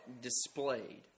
displayed